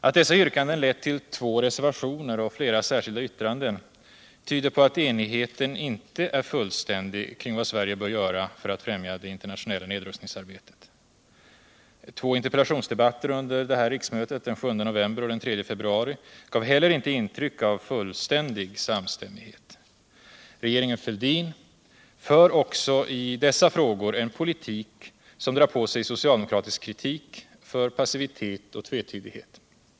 Att dessa yrkanden levt till två reservationer och flera särskilda vuranden tyder på att enigheren inte är fullständig kring vad Sverige bör göra för att främja det internationella nedrustningsarbetet. Två interpellationsdebatter under det här riksmötet — den 7 november och den 13 februan —- gav heller inte intryck av fullständig samstämmighet. Regeringen Fälldin för också i dessa frågor en politik som drar på sig socialdemokratisk kritik för passivitet och tvetydighet.